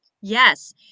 yes